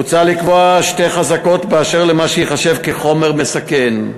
מוצע לקבוע שתי חזקות באשר למה שייחשב חומר מסכן.